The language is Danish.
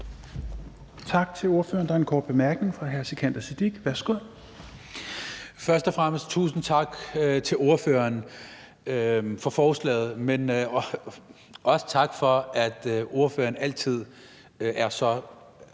Tak til ordføreren. Der er en kort bemærkning fra hr. Sikandar Siddique. Værsgo. Kl. 17:12 Sikandar Siddique (FG): Først og fremmest tusind tak til ordføreren for forslaget, men også tak for, at ordføreren altid er så